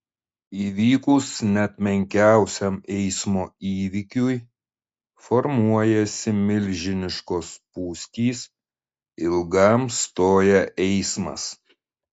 įvykus net menkiausiam eismo įvykiui formuojasi milžiniškos spūstys ilgam stoja eismas